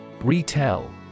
Retail